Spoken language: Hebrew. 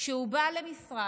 כשהוא בא למשרד